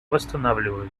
восстанавливают